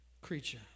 creature